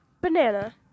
Banana